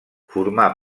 formà